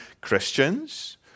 Christians